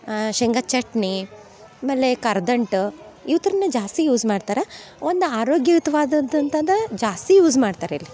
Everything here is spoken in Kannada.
ಶೇಂಗ ಚಟ್ನಿ ಆಮೇಲೆ ಕರ್ದಂಟು ಇವ ಥರನೆ ಜಾಸ್ತಿ ಯೂಝ್ ಮಾಡ್ತಾರೆ ಒಂದು ಆರೋಗ್ಯಯುತವಾದ ಅಂತಂತ ಅಂದ್ರೆ ಜಾಸ್ತಿ ಯೂಝ್ ಮಾಡ್ತಾರ ಇಲ್ಲಿ